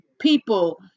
people